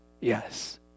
Yes